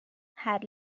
had